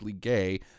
gay